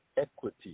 equity